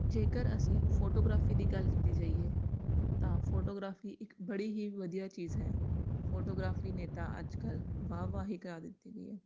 ਜੇਕਰ ਅਸੀਂ ਫੋਟੋਗ੍ਰਾਫੀ ਦੀ ਗੱਲ ਕੀਤੀ ਜਾਈਏ ਤਾਂ ਫੋਟੋਗ੍ਰਾਫੀ ਇੱਕ ਬੜੀ ਹੀ ਵਧੀਆ ਚੀਜ਼ ਹੈ ਫੋਟੋਗ੍ਰਾਫੀ ਨੇ ਤਾਂ ਅੱਜ ਕੱਲ੍ਹ ਵਾਹ ਵਾਹ ਹੀ ਕਰਾ ਦਿੱਤੀ ਪਈ ਹੈ